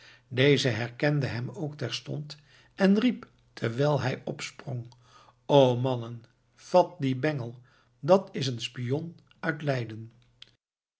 deze herkende hem ook terstond en riep terwijl hij opsprong op mannen vat dien bengel dat is een spion uit leiden